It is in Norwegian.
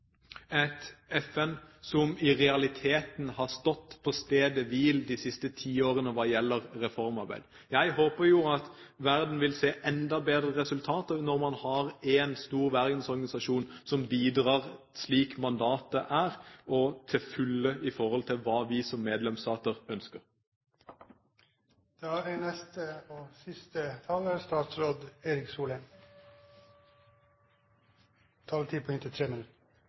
et FN som i realiteten har stått på stedet hvil de siste ti årene hva gjelder reformarbeid. Jeg håper jo at verden vil se enda bedre resultater når man har én stor verdensorganisasjon som bidrar slik mandatet er, også til fulle i forhold til hva vi som medlemsstater